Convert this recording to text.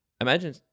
Imagine